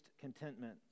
contentment